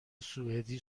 سوئدی